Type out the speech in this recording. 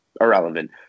irrelevant